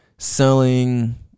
selling